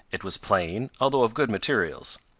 it was plain, although of good materials.